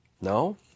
No